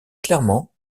clairement